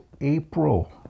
April